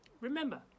Remember